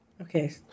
Okay